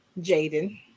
Jaden